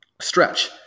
stretch